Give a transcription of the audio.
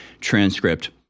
transcript